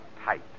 tight